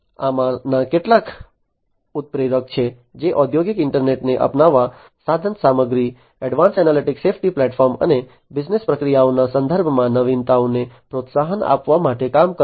આમાંના કેટલાક ઉત્પ્રેરક છે જે ઔદ્યોગિક ઈન્ટરનેટને અપનાવવા સાધનસામગ્રીના એડવાન્સ્ડ એનાલિટિક્સ સેફ્ટી પ્લેટફોર્મ અને બિઝનેસ પ્રક્રિયાઓના સંદર્ભમાં નવીનતાઓને પ્રોત્સાહન આપવા માટે કામ કરશે